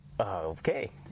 okay